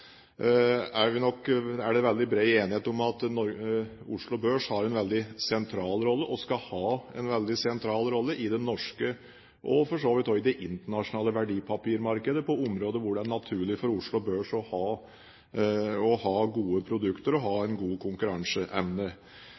er det bred enighet om at Oslo Børs har og skal ha en veldig sentral rolle i det norske og for så vidt også i det internasjonale verdipapirmarkedet, på områder hvor det er naturlig for Oslo Børs å ha gode produkter og ha god konkurranseevne.